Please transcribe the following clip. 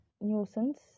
nuisance